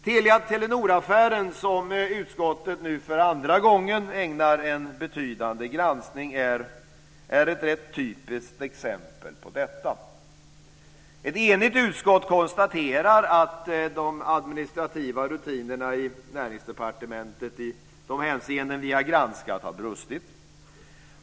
Telia-Telenor-affären, som utskottet nu för andra gången ägnar en betydande granskning, är ett rätt typiskt exempel på detta. Ett enigt utskott konstaterar att de administrativa rutinerna i Näringsdepartementet i de hänseenden vi har granskat har brustit.